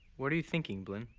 what are you thinking, blynn?